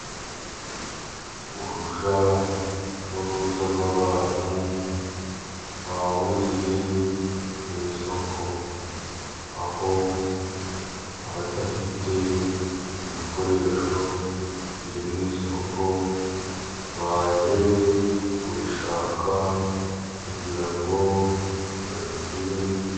Urujya n'uruza rw'abantu bahuriye mu isoko, aho abadafite ibikoresho biri mu isoko ,baje kubishaka kugira ngo babigure...